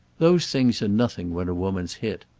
those things are nothing when a woman's hit.